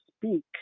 speak